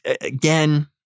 again